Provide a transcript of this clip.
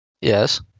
Yes